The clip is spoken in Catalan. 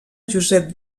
josep